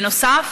בנוסף,